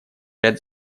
ряд